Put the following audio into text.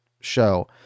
show